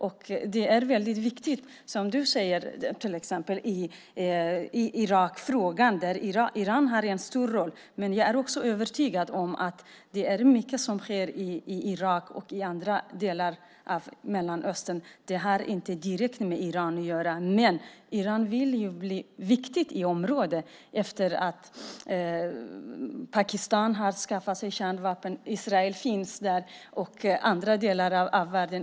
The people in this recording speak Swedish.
Irakfrågan är väldigt viktig, som togs upp här, och Iran spelar en stor roll. Men jag är också övertygad om att mycket som sker i Irak och i andra delar av Mellanöstern inte har direkt med Iran att göra. Men Iran vill ju bli viktigt i området efter att Pakistan har skaffat sig kärnvapen och Israel finns där.